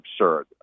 absurd